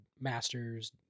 masters